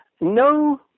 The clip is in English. no